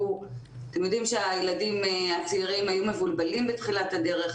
אתם יודעים שהילדים הצעירים היו מבולבלים בתחילת הדרך,